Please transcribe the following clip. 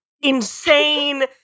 insane